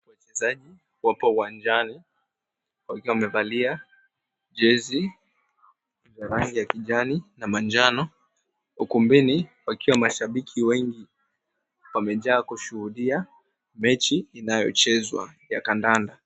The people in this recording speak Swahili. Wachezaji wapo uwanjani wakiwa wamevalia jezi ya rangi ya kijani na manjano. Ukumbini wakiwa mashabiki wengi wamejaa kushuhudia mechi inayochezwa ya kandanda.